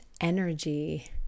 energy